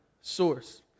source